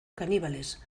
caníbales